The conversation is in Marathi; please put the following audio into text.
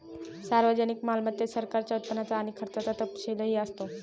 सार्वजनिक मालमत्तेत सरकारच्या उत्पन्नाचा आणि खर्चाचा तपशीलही असतो